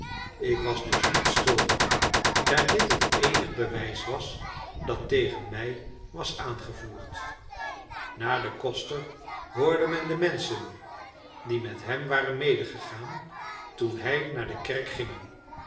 ik was dus niet schuldig daar dit het eenige bewijs was dat tegen mij was aangevoerd na den koster hoorde men de menschen die met hem waren medegegaan toen hij naar de kerk ging